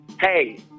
hey